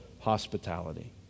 hospitality